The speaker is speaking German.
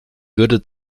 würde